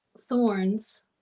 thorns